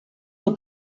del